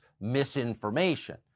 misinformation